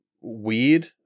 weird